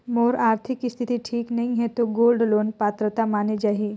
मोर आरथिक स्थिति ठीक नहीं है तो गोल्ड लोन पात्रता माने जाहि?